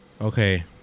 Okay